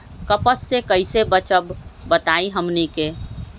कपस से कईसे बचब बताई हमनी के?